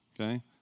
okay